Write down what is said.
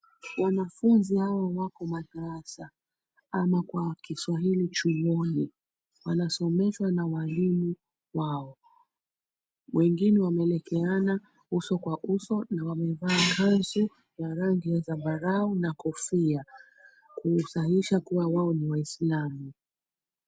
Wanafunzi hawa wako madarasa ama kwa kiswahili chuoni. Wanasomeshwa na walimu wao. Wengine wameelekeana uso kwa uso na wamevaa kanzu ya rangi ya zambarau na kofia kusahihisha kua wao ni waislamu.